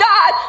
God